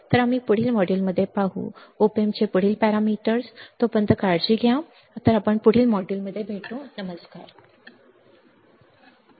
तर आम्ही पुढील मॉड्यूलमध्ये पाहू op amp चे पुढील पॅरामीटर्स तोपर्यंत तुम्ही काळजी घ्या तर पुढील मॉड्यूलमध्ये भेटू बाय